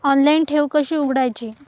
Online ठेव कशी उघडायची?